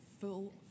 full